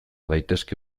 daitezke